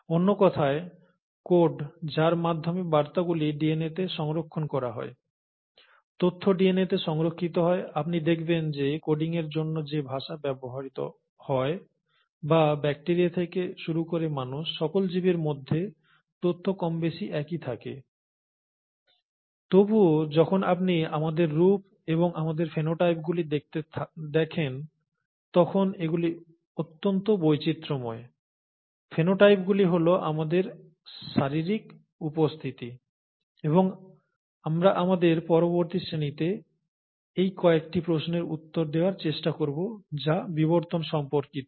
অন্য কথায় কোড যার মাধ্যমে বার্তাগুলি ডিএনএতে সংরক্ষণ করা হয় তথ্য ডিএনএতে সংরক্ষিত হয় আপনি দেখবেন যে কোডিংয়ের জন্য যে ভাষা ব্যবহৃত হয় বা ব্যাকটেরিয়া থেকে শুরু করে মানুষ সকল জীবের মধ্যে তথ্য কমবেশি একই থাকে তবুও যখন আপনি আমাদের রূপ এবং আমাদের ফেনোটাইপগুলি দেখেন তখন এগুলি অত্যন্ত বৈচিত্রময় ফেনোটাইপগুলি হল আমাদের শারীরিক উপস্থিতি এবং আমরা আমাদের পরবর্তী শ্রেণিতে এই কয়েকটি প্রশ্নের উত্তর দেওয়ার চেষ্টা করব যা বিবর্তন সম্পর্কিত